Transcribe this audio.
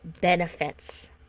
benefits